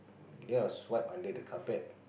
they are swept under the carpet